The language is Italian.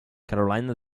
carolina